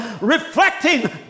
reflecting